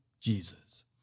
Jesus